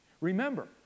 Remember